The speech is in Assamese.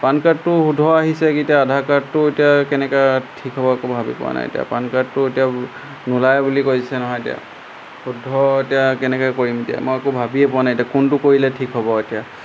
পান কাৰ্ডটো শুদ্ধ আহিছে এতিয়া আধাৰ কাৰ্ডটো এতিয়া কেনেকৈ ঠিক হ'ব একো ভাবি পোৱা নাই এতিয়া পান কাৰ্ডটো এতিয়া নোলায় বুলি কৈছে নহয় এতিয়া শুদ্ধ এতিয়া কেনেকৈ কৰিম এতিয়া মই একো ভাবিয়ে পোৱা নাই এতিয়া কোনটো কৰিলে ঠিক হ'ব এতিয়া